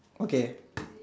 okay